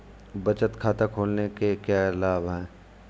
बचत खाता खोलने के क्या लाभ हैं?